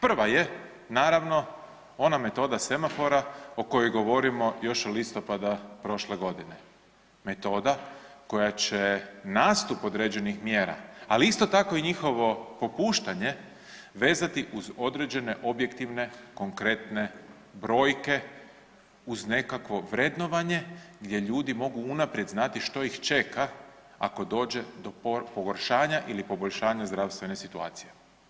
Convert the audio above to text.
Prva je naravno ona metoda semafora o kojoj govorimo još od listopada prošle godine, metoda koja će nastup određenih mjera, ali isto tako i njihovo popuštanje vezati uz određene objektivne konkretne brojke uz nekakvo vrednovanje gdje ljudi mogu unaprijed znati što ih čeka ako dođe do pogoršanja ili poboljšanja zdravstvene situacije.